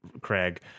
Craig